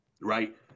right